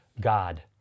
God